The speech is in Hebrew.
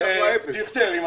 דיכטר,